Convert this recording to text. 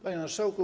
Panie Marszałku!